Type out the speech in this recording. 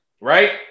right